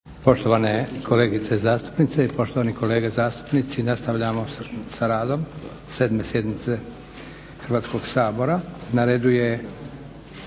Poštovane kolegice zastupnice i poštovani kolege zastupnici nastavljamo sa radom 7. sjednice Hrvatskog sabora. Na redu je